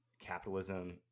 capitalism